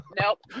Nope